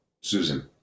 Susan